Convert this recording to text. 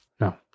No